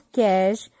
cash